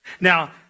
Now